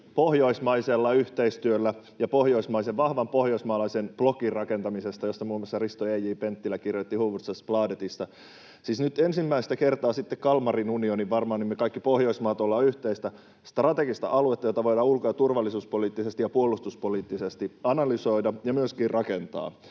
pohjoismaisella yhteistyöllä ja vahvan pohjoismaalaisen blokin rakentamisesta, josta muun muassa Risto E. J. Penttilä kirjoitti Hufvudstadsbladetissa. Siis nyt ensimmäistä kertaa varmaan sitten Kalmarin unionin me kaikki Pohjoismaat ollaan yhteistä strategista aluetta, jota voidaan ulko- ja turvallisuuspoliittisesti ja puolustuspoliittisesti analysoida ja myöskin rakentaa.